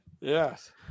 Yes